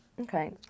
Okay